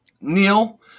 neil